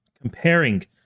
Comparing